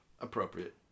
appropriate